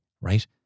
right